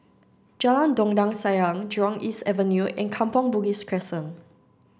Jalan Dondang Sayang Jurong East Avenue and Kampong Bugis Crescent